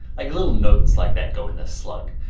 like little notes like that go in the slug.